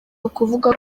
ukuvuga